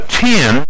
ten